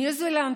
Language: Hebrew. ניו זילנד,